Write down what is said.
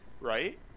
right